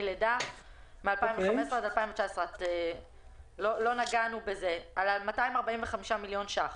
לידה מ-2015 עד 2019. 245 מיליון שקלים.